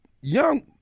young